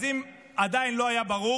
אז אם עדיין לא היה ברור,